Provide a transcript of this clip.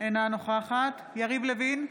אינה נוכחת יריב לוין,